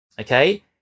Okay